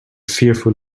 fearful